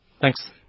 Thanks